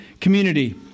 community